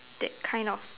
that kind of